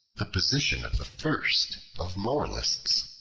the position of the first of moralists.